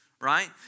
right